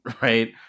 right